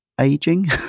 aging